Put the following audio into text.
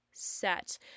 Set